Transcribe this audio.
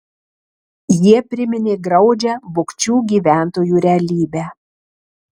jie priminė graudžią bukčių gyventojų realybę